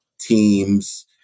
Teams